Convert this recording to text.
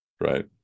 Right